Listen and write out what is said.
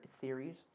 theories